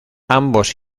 ambos